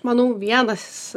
manau vienas